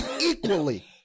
equally